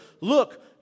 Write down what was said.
Look